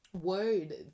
word